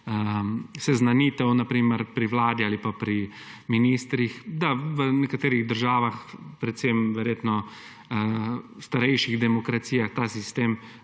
seznanitev pri vladi ali pri ministrih, da v nekaterih državah, predvsem verjetno starejših demokracijah, ta sistem